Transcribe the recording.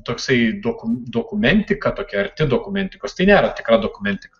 toksai doku dokumentika tokia arti dokumentikos tai nėra tikra dokumentika